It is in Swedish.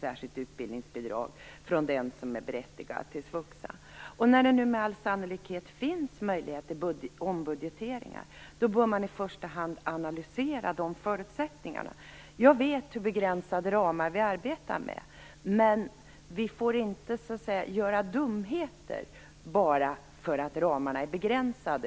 särskilt utbildningsbidrag från den som är berättigad till svuxa. När det nu med all sannolikhet finns möjlighet till ombudgetering bör man i första hand analysera de förutsättningarna. Jag vet hur begränsade ramar vi arbetar med. Men vi får inte göra dumheter bara för att ramarna är begränsade.